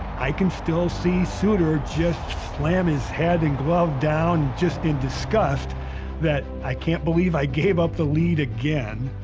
i can still see sutter just slam his head and glove down just in disgust that i can't believe i gave up the lead again.